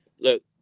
look